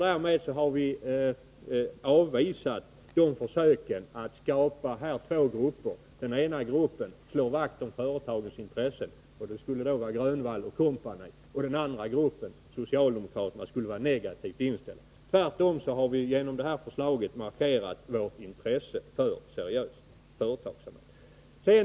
Därmed har vi avvisat försöken att skapa två grupper: en grupp bestående av Nic Grönvall och kompani som slår vakt om företagens intresse och en grupp, socialdemokraterna, som är negativt inställd. Tvärtom har vi socialdemokrater genom detta förslag markerat vårt intresse för seriös företagssamhet.